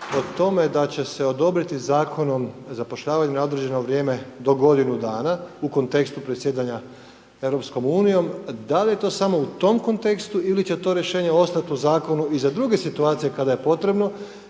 o tome, da će se odobriti zakonom zapošljavanje na određeno vrijeme do godinu dana, u kontekstu presjedanja EU, da li je to samo u tom kontekstu ili će to rješenje ostati u zakonu i za druge situacije, kada je potrebno.